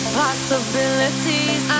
possibilities